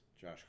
Josh